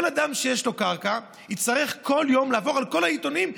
כל אדם שיש לו קרקע יצטרך כל יום לעבור על כל העיתונים?